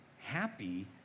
happy